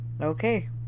Okay